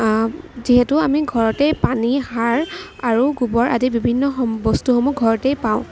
যিহেতু আমি ঘৰতেই পানী সাৰ আৰু গোবৰ আদি বিভিন্ন সম্ বস্তুসমূহ ঘৰতেই পাওঁ